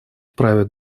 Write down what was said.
вправе